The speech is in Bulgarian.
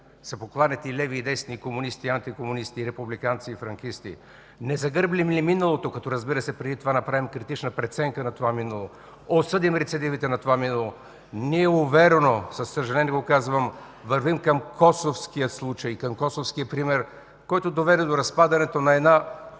се покланят и леви, и десни – комунисти и антикомунисти, републиканци и франкисти. Не загърбим ли миналото, като, разбира се, преди това направим критична преценка на това минало, осъдим рецидивите на това минало, ние уверено – със съжаление го казвам, вървим към косовския случай, към косовския пример, който доведе до разпадането на една